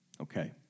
Okay